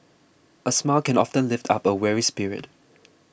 a smile can often lift up a weary spirit